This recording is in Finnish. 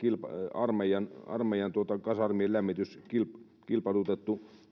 armeijan armeijan kasarmien lämmityksen jossa lämmityspolttoaine on kilpailutettu